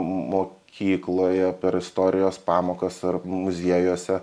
mokykloje per istorijos pamokas ar muziejuose